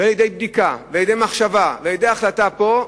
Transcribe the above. ולידי בדיקה ולידי מחשבה ולידי החלטה פה,